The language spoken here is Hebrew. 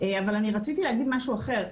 אבל רציתי להגיד משהו אחר.